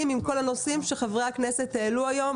עם כל הנושאים שחברי הכנסת העלו היום,